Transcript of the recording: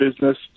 business